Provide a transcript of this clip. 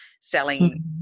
selling